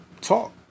talk